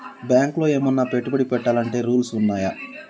బ్యాంకులో ఏమన్నా పెట్టుబడి పెట్టాలంటే రూల్స్ ఉన్నయా?